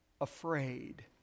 afraid